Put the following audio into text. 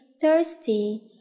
thirsty